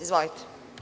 Izvolite.